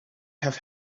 have